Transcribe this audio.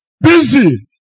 busy